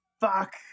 Fuck